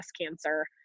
cancer